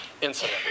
incident